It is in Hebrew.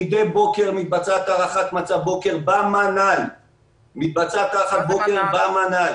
מידי בוקר מתבצעת הערכת מצב במנ"ל (המרכז לניהול